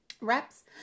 reps